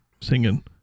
singing